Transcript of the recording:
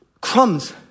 crumbs